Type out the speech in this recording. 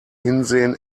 hinsehen